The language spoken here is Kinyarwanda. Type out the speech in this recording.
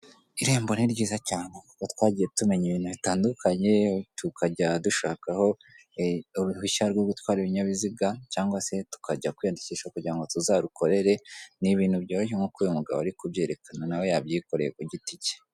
Irembo ni ryiza cyane, kuko twagiye tumenya ibintu bitandukanye, tukajya dushakaho uruhushya rwo gutwara ibinyabiziga, cyangwa se tukajya kwiyandikisha kugira ngo tuzarukorere, ni ibintu byoroshye nk'uko uyu mugabo ari kubyerekana nawe yabyikoreye ku giti cye.